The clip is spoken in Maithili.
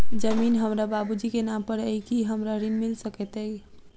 जमीन हमरा बाबूजी केँ नाम पर अई की हमरा ऋण मिल सकैत अई?